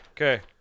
okay